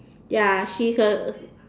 ya she's a